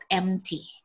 empty